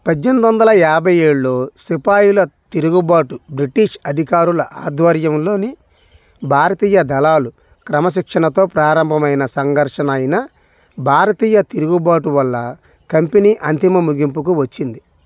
పద్దెనిమి వందల యాభై ఏడులో సిపాయిల తిరుగుబాటు బ్రిటీష్ అధికారుల ఆధ్వర్యంలోని భారతీయ దళాలు క్రమశిక్షణతో ప్రారంభమైన సంఘర్షణ అయిన భారతీయ తిరుగుబాటు వల్ల కంపెనీ అంతిమ ముగింపుకు వచ్చింది